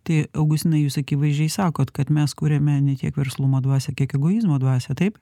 tai augustinai jūs akivaizdžiai sakot kad mes kuriame ne tiek verslumo dvasią kiek egoizmo dvasią taip